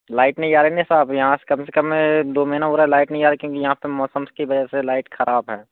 light नहीं आ रही है ना साब यहाँ से कम से कम दो महीना हो रहा लाइट नहीं आ रही यहाँ पर मौसम की वज़ह से लाइट खराब है